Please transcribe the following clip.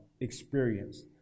experience